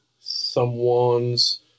someone's